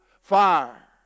fire